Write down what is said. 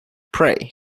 pray